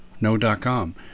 No.com